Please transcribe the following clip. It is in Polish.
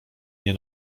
nie